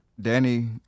Danny